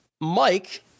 Mike